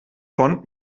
von